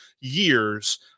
years